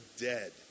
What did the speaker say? dead